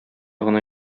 гына